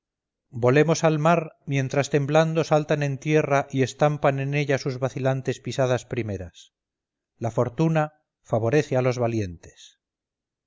volemos al mar mientras temblando saltan en tierra y estampan en ella sus vacilantes pisadas primeras la fortuna favorece a los valientes